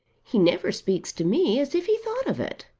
he never speaks to me as if he thought of it.